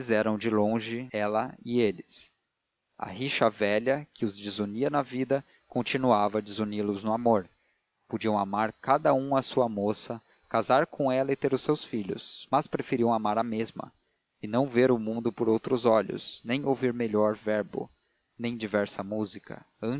eram de longe ela e eles a rixa velha que os desunia na vida continuava a desuni los no amor podiam amar cada um a sua moça casar com ela e ter os seus filhos mas preferiam amar a mesma e não ver o mundo por outros olhos nem ouvir melhor verbo nem diversa música